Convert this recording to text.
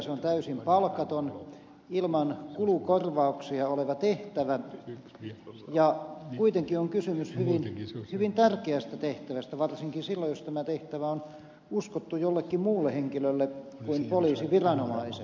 se on täysin palkaton ilman kulukorvauksia oleva tehtävä ja kuitenkin kysymys on hyvin tärkeästä tehtävästä varsinkin silloin jos tämä tehtävä on uskottu jollekin muulle henkilölle kuin poliisiviranomaiselle